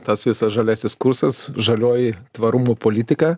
tas visas žaliasis kursas žalioji tvarumo politika